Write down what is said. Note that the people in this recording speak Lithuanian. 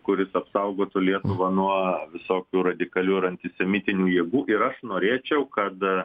kuris apsaugotų lietuvą nuo visokių radikalių ir antisemitinių jėgų ir aš norėčiau kad